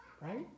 Right